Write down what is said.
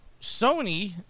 Sony